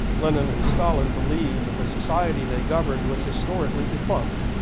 lenin and stalin believe that the society they governed was historically defunct,